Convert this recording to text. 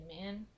man